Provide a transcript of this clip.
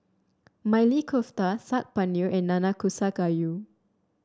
Maili Kofta Saag Paneer and Nanakusa Gayu